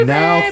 now